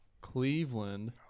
Cleveland